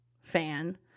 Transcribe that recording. fan